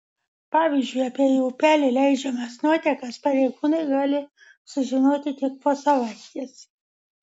pavyzdžiui apie į upelį leidžiamas nuotekas pareigūnai gali sužinoti tik po savaitės